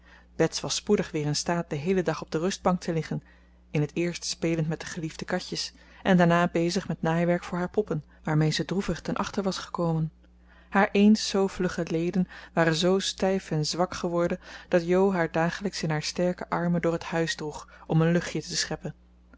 bets was spoedig weer in staat den heelen dag op de rustbank te liggen in het eerst spelend met de geliefde katjes en daarna bezig met naaiwerk voor haar poppen waarmee ze droevig ten achteren was gekomen haar eens zoo vlugge leden waren zoo stijf en zwak geworden dat jo haar dagelijks in haar sterke armen door het huis droeg om een luchtje te scheppen